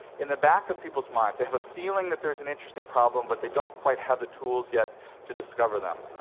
in the back of people's minds. they have a feeling that there's an interesting problem, but they don't quite have the tools yet to discover them.